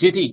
જેથી